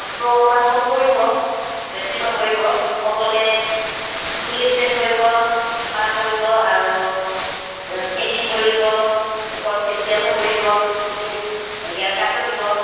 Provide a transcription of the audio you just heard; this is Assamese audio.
দামটো অকণমান কম কৰিব বেছি নকৰিব সকলোৱে চুলি ষ্ট্ৰেট কৰিব স্পা কৰিব আৰু থ্ৰেডিং কৰিব মুখৰ ফেচিয়েলো কৰিব চুলি হেয়াৰ কাটো দিব